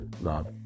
love